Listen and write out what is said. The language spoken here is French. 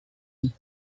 qui